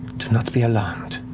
do not be alarmed.